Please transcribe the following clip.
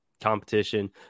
competition